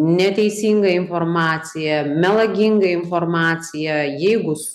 neteisinga informacija melaginga informacija jeigu susiduriama su